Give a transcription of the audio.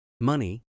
money